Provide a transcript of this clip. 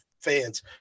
fans